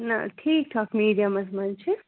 نہَ ٹھیٖک ٹھاکھ میٖڈیَمَس منٛز چھِ